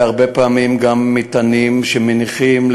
והרבה פעמים גם מטענים שמניחים.